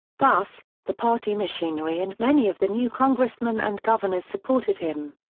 thus, the party machinery and many of the new congressmen and governors supported him.